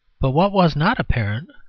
but what was not apparent,